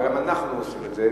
וגם אנחנו עושים את זה,